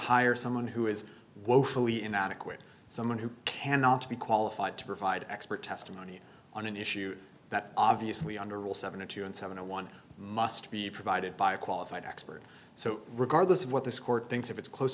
hire someone who is woefully inadequate someone who cannot be qualified to provide expert testimony on an issue that obviously under rule seven a two and seven a one must be provided by a qualified expert so regardless of what this court thinks if it's close